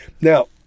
Now